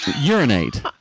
urinate